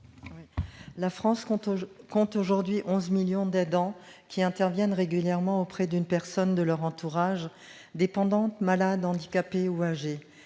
La France compte aujourd'hui 11 millions d'aidants, qui interviennent régulièrement auprès d'une personne de leur entourage, dépendante, malade, handicapée ou âgée.